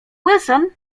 wilson